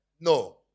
No